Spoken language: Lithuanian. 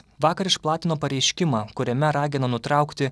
vakar išplatino pareiškimą kuriame ragino nutraukti